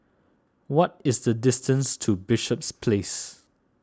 what is the distance to Bishops Place